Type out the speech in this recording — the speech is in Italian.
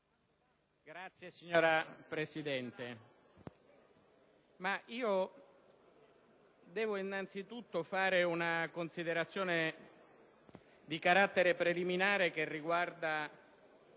Signora Presidente, devo innanzitutto fare una considerazione di carattere preliminare che riguarda